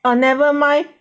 ah never mind